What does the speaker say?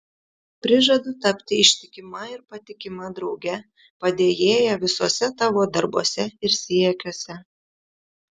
prižadu tapti ištikima ir patikima drauge padėjėja visuose tavo darbuose ir siekiuose